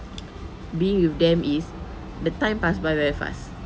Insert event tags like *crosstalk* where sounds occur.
*noise* being with them is the time pass by very fast